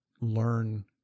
learn